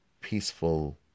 peaceful